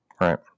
right